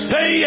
Say